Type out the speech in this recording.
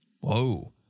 Whoa